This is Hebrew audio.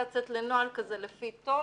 כזה לפי טון,